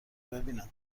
ببینم